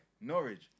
Norwich